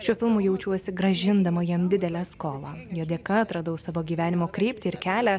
šiuo filmu jaučiuosi grąžindama jam didelę skolą jo dėka atradau savo gyvenimo kryptį ir kelią